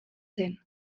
zen